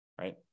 right